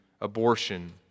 abortion